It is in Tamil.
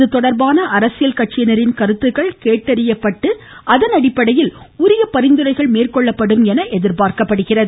இது தொடர்பான அரசியல் கட்சியினரின் கருத்துக்கள் கேட்டறியப்பட்ட அதனடிப்படையில் உரிய பரிந்துரைகள் மேற்கொள்ளப்படும் என தெரிகிறது